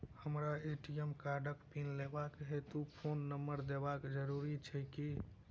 हमरा ए.टी.एम कार्डक पिन लेबाक हेतु फोन नम्बर देबाक जरूरी छै की?